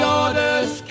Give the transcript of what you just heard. orders